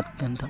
ಅತ್ಯಂತ